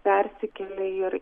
persikelia ir